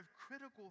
critical